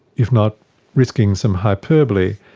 if not risking some hyperbole,